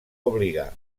obligar